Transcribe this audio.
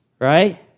right